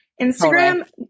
Instagram